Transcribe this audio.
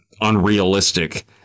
unrealistic